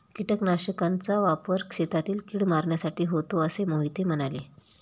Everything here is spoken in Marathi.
कीटकनाशकांचा वापर शेतातील कीड मारण्यासाठी होतो असे मोहिते म्हणाले